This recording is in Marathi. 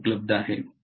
म्हणून उपलब्ध आहे